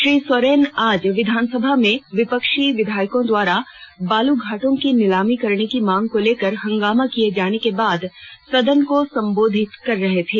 श्री सोरेन आज विधानसभा में विपक्षी विधायकों द्वारा बालुघाटों की नीलामी करने की मांग को लेकर हंगामा किए जाने के बाद सदन को सम्बोधित कर रहे थे